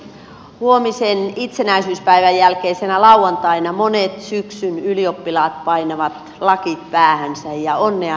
huomisen itsenäisyyspäivän jälkeisenä lauantaina monet syksyn ylioppilaat painavat lakit päähänsä ja onnea heille tästä uurastuksesta